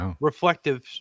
reflective